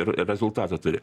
ir rezultatą turi